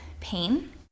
pain